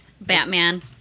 Batman